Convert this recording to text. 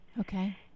Okay